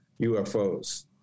UFOs